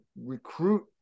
recruit